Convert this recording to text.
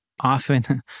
Often